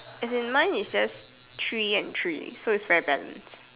as in mine is just three and three so it's very balanced